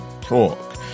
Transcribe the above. Talk